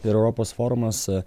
ir europos forumas